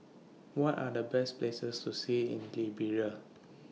What Are The Best Places to See in Liberia